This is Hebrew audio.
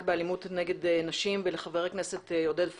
באלימות נגד נשים ולחבר הכנסת עודד פורר,